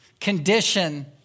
condition